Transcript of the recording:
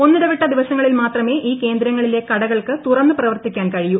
ഒന്നിടവിട്ട ദിവസങ്ങളിൽ മാത്രമേ ഈ കേന്ദ്രങ്ങളിലെ കടകൾക്ക് തുറന്ന് പ്രവർത്തിക്കാൻ കീഴിയു